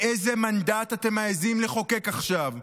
באיזה מנדט אתם מעיזים לחוקק עכשיו?